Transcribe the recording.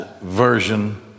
version